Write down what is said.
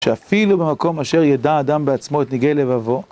שאפילו במקום אשר ידע אדם בעצמו את נגעי לבבו